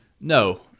No